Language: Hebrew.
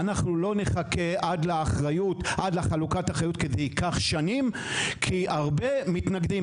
אנחנו לא נחכה עד לחלוקת האחריות כי זה ייקח שנים כי הרבה מתנגדים.